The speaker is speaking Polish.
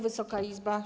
Wysoka Izbo!